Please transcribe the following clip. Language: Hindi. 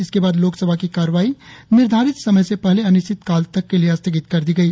इसके बाद लोकसभा की कार्यवाही निर्धारित समय से पहले अनिश्चित काल के लिए स्थगित कर दी गई